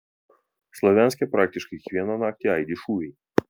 slovjanske praktiškai kiekvieną naktį aidi šūviai